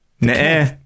Nah